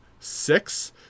Six